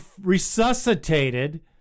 resuscitated